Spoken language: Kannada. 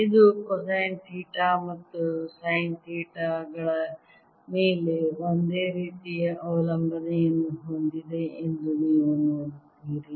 ಇದು ಕೊಸೈನ್ ಥೀಟಾ ಮತ್ತು ಸೈನ್ ಥೀಟಾ ಗಳ ಮೇಲೆ ಒಂದೇ ರೀತಿಯ ಅವಲಂಬನೆಯನ್ನು ಹೊಂದಿದೆ ಎಂದು ನೀವು ನೋಡುತ್ತೀರಿ